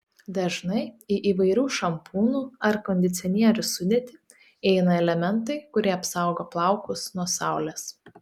dažnai į įvairių šampūnų ar kondicionierių sudėtį įeina elementai kurie apsaugo plaukus nuo saulės